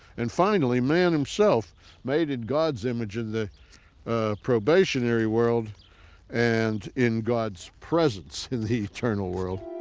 and finally man himself made in god's image in the probationary world and in god's presence in the eternal world.